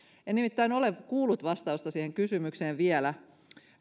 en nimittäin ole kuullut vastausta siihen kysymykseen vielä